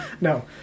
No